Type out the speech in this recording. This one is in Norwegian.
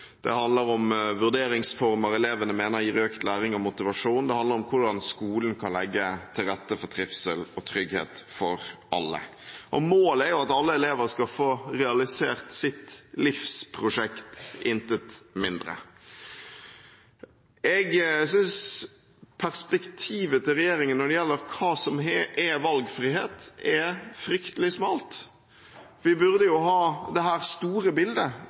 skolehverdagen handler medvirkning ofte om elev–lærer-samarbeid, valg av arbeidsform, aktiviteter i undervisningen, vurderingsformer elevene mener gir økt læring og motivasjon, og om hvordan skolen kan legge til rette for trivsel og trygghet for alle. Målet er jo at alle elever skal få realisert sitt livsprosjekt, intet mindre. Jeg synes perspektivet til regjeringen når det gjelder hva som er valgfrihet, er fryktelig smalt. Vi burde ha det store bildet: